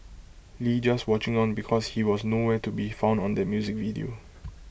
lee just watching on because he was no where to be found on that music video